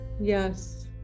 yes